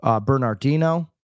Bernardino